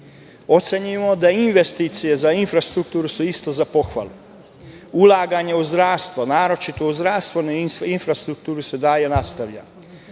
da investicije za infrastrukturu su isto za pohvalu. Ulaganje u zdravstvo, naročito u zdravstvenu infrastrukturu se i dalje nastavlja,